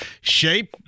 shape